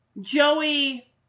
Joey